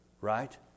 Right